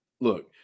look